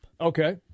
Okay